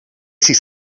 sis